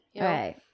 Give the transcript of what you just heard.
Right